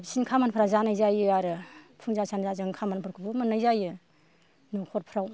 थाबसिन खामानिफोरा जानाय जायो आरो फुंजा सानजा जों खामानिफोरखौबो मोननाय जायो न'खरफ्राव